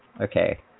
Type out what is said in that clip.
okay